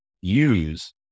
use